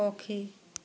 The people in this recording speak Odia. ପକ୍ଷୀ